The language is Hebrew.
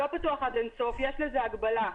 יש לזה הגבלה.